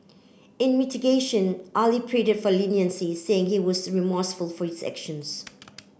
in mitigation Ali pleaded for leniency saying he was remorseful for his actions